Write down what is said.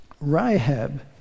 Rahab